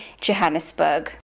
Johannesburg